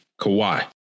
Kawhi